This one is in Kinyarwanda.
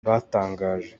batangaje